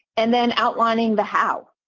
and then outlining the how.